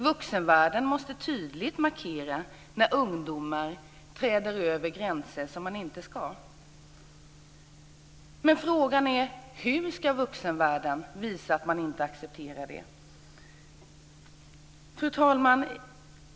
Vuxenvärlden måste tydligt markera när ungdomar träder över gränser som de inte ska. Men frågan är: Hur ska vuxenvärlden visa att man inte accepterar detta? Fru talman!